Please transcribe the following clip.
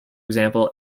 example